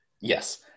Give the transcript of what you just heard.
Yes